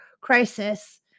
crisis